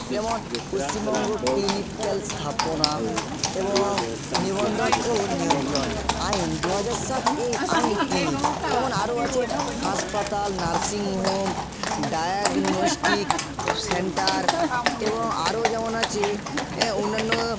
যেমন পশ্চিমবঙ্গ ক্লিনিক্যাল স্থাপনা এবং নিবন্ধন ও নিয়ন্ত্রণ আইন দুহাজার সাত এই আইন ক্লিনিক তেমন আরও আছে হাসপাতাল নার্সিং হোম ডায়াগনস্টিক সেন্টার এবং আরও যেমন আছে অন্যান্য